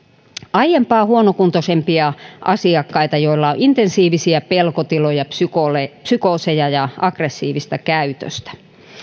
aiempaa huonokuntoisempia asiakkaita joilla on intensiivisiä pelkotiloja psykooseja ja aggressiivista käytöstä